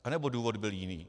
Anebo důvod byl jiný?